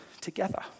together